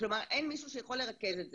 כלומר, אין מישהו שיכול לרכז את זה.